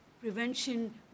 prevention